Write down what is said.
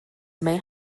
may